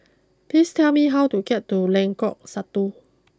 please tell me how to get to Lengkok Satu